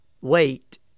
Wait